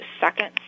second